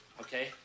okay